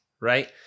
right